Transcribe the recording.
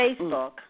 Facebook